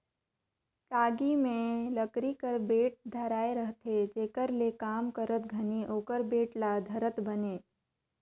टागी मे लकरी कर बेठ धराए रहथे जेकर ले काम करत घनी ओकर बेठ ल धरत बने